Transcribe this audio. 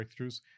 breakthroughs